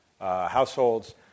households